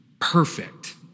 perfect